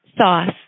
sauce